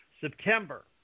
September